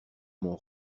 mon